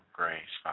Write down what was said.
grace